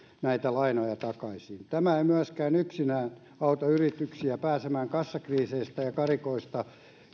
näitä lainoja takaisin tämä ei myöskään yksinään auta yrityksiä pääsemään kassakriiseistä ja karikoista